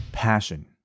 passion